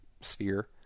sphere